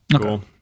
Cool